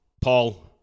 Paul